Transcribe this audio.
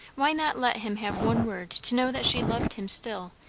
why not let him have one word to know that she loved him still,